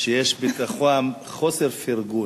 שיש בתוכן חוסר פרגון.